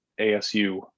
ASU